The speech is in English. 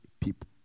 people